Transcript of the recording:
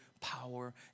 power